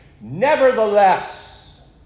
nevertheless